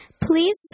Please